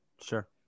Sure